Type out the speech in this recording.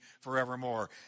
forevermore